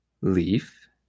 leaf